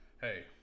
hey